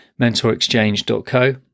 mentorexchange.co